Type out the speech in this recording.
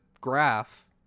graph